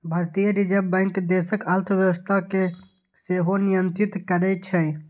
भारतीय reserve bank देशक अर्थव्यवस्था कें सेहो नियंत्रित करै छै